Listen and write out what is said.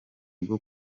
bwo